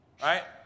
Right